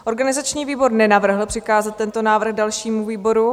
Organizační výbor nenavrhl přikázat tento návrh dalším výborům.